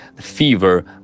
fever